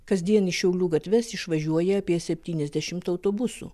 kasdien į šiaulių gatves išvažiuoja apie septyniasdešim autobusų